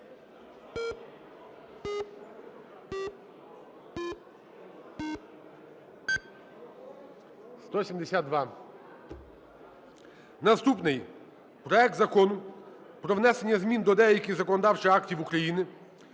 Наступний – проект Закону про внесення змін до деяких законодавчих актів України